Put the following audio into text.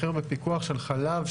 מחיר בפיקוח של חלב,